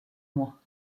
moi